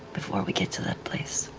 before we get to that place.